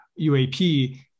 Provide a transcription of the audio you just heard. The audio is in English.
UAP